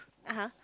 (uh huh)